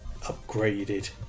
upgraded